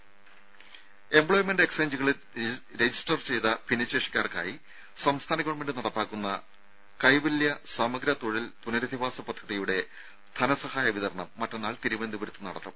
രംഭ employment എക്സ്ചേഞ്ചുകളിൽ register ചെയ്ത ഭിന്നശേഷിക്കാർക്കായി സംസ്ഥാന ഗവൺമെന്റ് നടപ്പാക്കുന്ന കൈവല്യ സമഗ്ര തൊഴിൽ പുനരധിവാസ പദ്ധതിയുടെ ധനസഹായ വിതരണം മറ്റന്നാൾ തിരുവനന്തപുരത്ത് നടത്തും